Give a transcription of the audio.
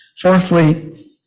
Fourthly